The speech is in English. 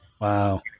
Wow